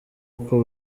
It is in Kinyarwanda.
uko